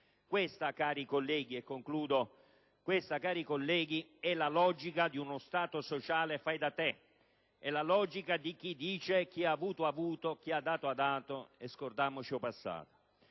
Questa, cari colleghi, è la logica di uno Stato sociale fai da te e di chi dice «chi ha avuto ha avuto e chi ha dato ha dato, scordammoce 'o passato».